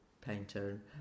painter